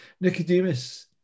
Nicodemus